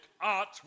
art